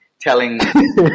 telling